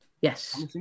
Yes